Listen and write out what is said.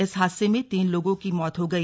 इस हादसे में तीन लोगों की मौत हो गई